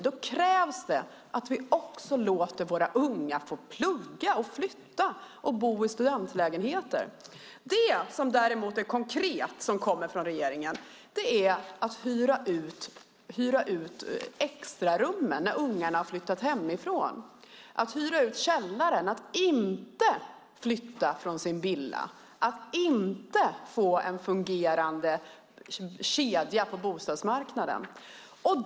Då krävs att vi låter våra unga få plugga och flytta och bo i studentlägenheter. Det konkreta som kommer från regeringen är att man ska hyra ut extrarummen när ungarna har flyttat hemifrån eller hyra ut källaren och inte flytta från sin villa. Så får vi inte en fungerande kedja på bostadsmarknaden.